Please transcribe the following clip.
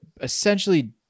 essentially